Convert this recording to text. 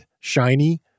Shiny